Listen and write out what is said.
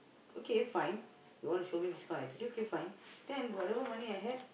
okay fine you wanna show me this kind of attitude okay fine then whatever money I had